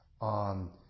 on